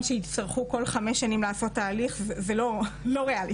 שיצטרכו כל חמש שנים לעשות תהליך זה לא ריאלי.